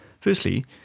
Firstly